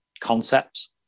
concepts